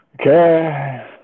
Okay